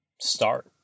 start